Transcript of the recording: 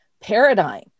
paradigm